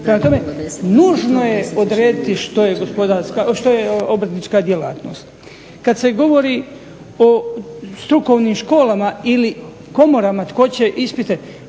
Prema tome, nužno je odrediti što je obrtnička djelatnost. Kada se govori o strukovnim školama ili komorama tko će ispite,